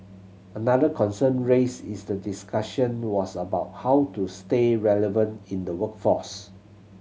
another concern raised in the discussion was about how to stay relevant in the workforce